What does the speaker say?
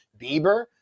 bieber